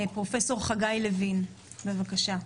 פרופ' חגי לוין, בבקשה.